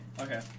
Okay